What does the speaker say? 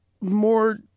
more